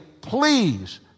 Please